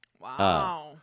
Wow